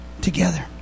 together